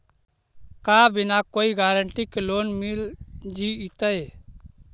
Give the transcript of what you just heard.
का बिना कोई गारंटी के लोन मिल जीईतै?